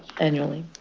annually.